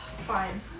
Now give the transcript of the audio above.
fine